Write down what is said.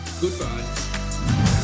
Goodbye